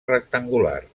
rectangular